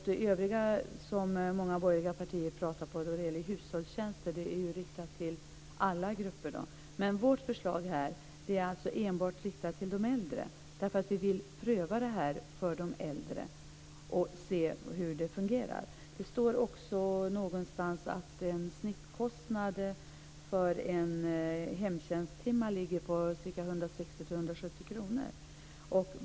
Det övriga som många borgerliga partier talar om när det gäller hushållstjänster är riktat till alla grupper. Vårt förslag är enbart riktat till de äldre eftersom vi vill pröva det för de äldre och se hur det fungerar. Det står också någonstans att en snittkostnad för en hemtjänsttimme ligger på 160-170 kr.